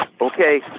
okay